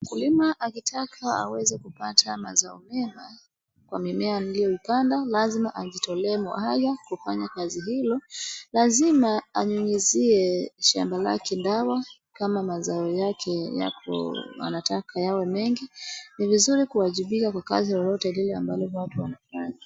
Mkulima akitaka aweze kupata mazao mema kwa mimea aliyoipanda lazima ajitolee muhanya kufanya kazi hilo. Lazima anyunyezie shamba lake dawa kama mazao yake anataka yawe mengi. Ni vizuri kuwajibika kwa kazi lolote lile ambalo watu wanafanya.